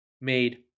made